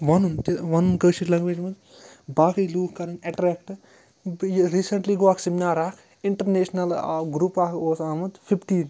وَنُن تہِ وَنُن کٲشِر لنٛگویج منٛز باقٕے لوٗکھ کَرٕنۍ ایٹریکٹ یہِ ریٖسَنٹلی گوٚو اَکھ سِمنار اَکھ اِنٹَرنیشنَل گرُپ اَکھ اوس آمُت فِفٹی